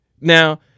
Now